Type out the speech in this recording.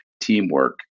teamwork